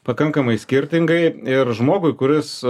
pakankamai skirtingai ir žmogui kuris